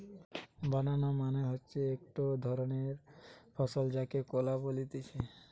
বানানা মানে হতিছে একটো ধরণের ফল যাকে কলা বলতিছে